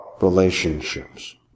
relationships